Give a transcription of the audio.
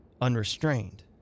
unrestrained